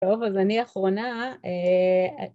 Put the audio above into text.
טוב אז אני אחרונה